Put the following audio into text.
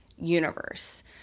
universe